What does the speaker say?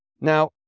Now